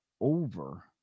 over